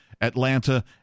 Atlanta